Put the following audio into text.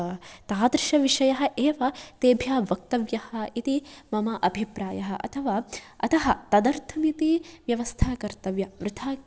तादृशविषयः एव तेभ्यः वक्तव्यः इति मम अभिप्रायः अथवा अतः तदर्थमिति व्यवस्था कर्तव्या वृथा